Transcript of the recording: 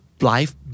life